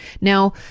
Now